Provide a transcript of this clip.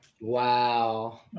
Wow